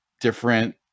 different